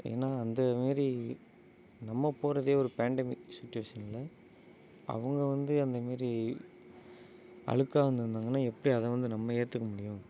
ஏன்னா அந்த மாரி நம்ம போகறதே ஒரு பேன்டமிக் சுச்சுவேஷனில் அவங்க வந்து அந்த மாரி அலுக்காக வந்துருந்தாங்கன்னா எப்படி அதை வந்து நம்ம ஏற்றுக்க முடியும்